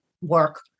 work